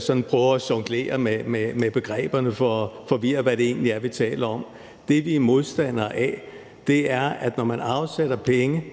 sådan prøvede at jonglere med begreberne for at forvirre, hvad det egentlig er, vi taler om. Det, vi er modstandere af, er, at når man afsætter penge